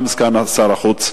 גם סגן שר החוץ,